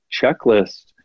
checklist